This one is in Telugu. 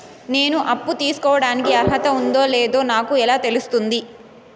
నేను అప్పు తీసుకోడానికి అర్హత ఉందో లేదో నాకు ఎలా తెలుస్తుంది?